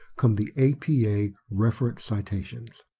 come the apa reference citations.